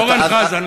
אורן חזן,